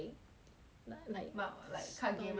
lik~ like card game lah card game